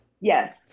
Yes